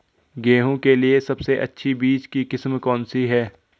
गेहूँ के लिए सबसे अच्छी बीज की किस्म कौनसी है?